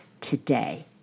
today